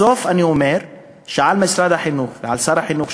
בסוף אני אומר שעל משרד החינוך ועל שר החינוך,